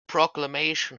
proclamation